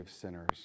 sinners